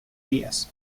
días